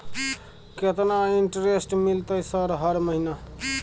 केतना इंटेरेस्ट मिलते सर हर महीना?